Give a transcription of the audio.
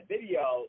video